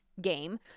game